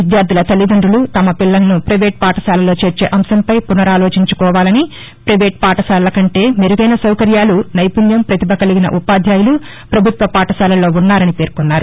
విద్యార్దుల తల్లిదండులు తమ పిల్లలను పైవేటు పాఠశాలల్లో చేర్చే అంశంపై పునరాలోచించుకోవాలని పైవేటు పాఠశాలల కంటే మెరుగైన సౌకర్యాలు నైపుణ్యం ప్రతిభ కలిగిన ఉపాధ్యాయులు పభుత్వ పాఠశాలల్లో ఉన్నారని పేర్కొన్నారు